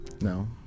no